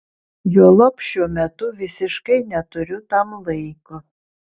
juolab šiuo metu visiškai neturiu tam laiko